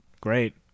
Great